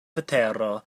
vetero